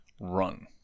Run